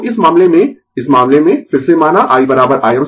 तो इस मामले में इस मामले में फिर से माना i Imsin ωt